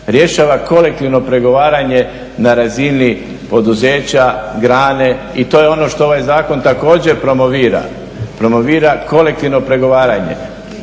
rješava kolektivno pregovaranje na razini poduzeća, grane i to je ono što ovaj Zakon također promovira, promovira kolektivno pregovaranje,